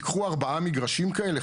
ייקחו ארבעה מגרשים כאלה,